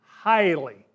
Highly